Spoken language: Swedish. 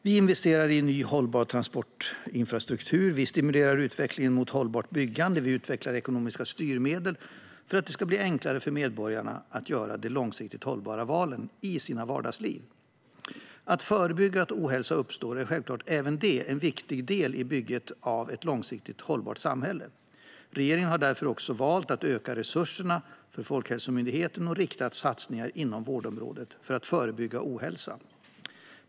Vi investerar i ny hållbar transportinfrastruktur, vi stimulerar utvecklingen mot hållbart byggande och vi utvecklar ekonomiska styrmedel för att det ska bli enklare för medborgarna att göra de långsiktigt hållbara valen i sina vardagsliv. Att förebygga att ohälsa uppstår är självklart även det en viktig del i bygget av ett långsiktigt hållbart samhälle. Regeringen har därför valt att öka resurserna för Folkhälsomyndigheten och göra riktade satsningar inom vårdområdet för att förebygga ohälsa.